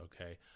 Okay